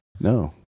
no